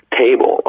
table